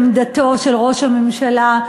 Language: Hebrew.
עמדתו של ראש הממשלה,